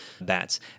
bats